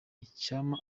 icyampa